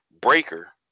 Breaker